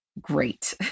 great